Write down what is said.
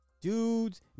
Dudes